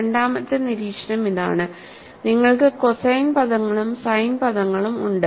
രണ്ടാമത്തെ നീരീക്ഷണം ഇതാണ് നിങ്ങൾക്ക് കോസൈൻ പദങ്ങളും സൈൻ പദങ്ങളും ഉണ്ട്